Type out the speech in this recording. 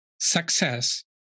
success